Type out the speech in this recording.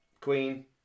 queen